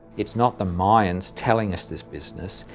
it's not the mayans telling us this business,